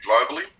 globally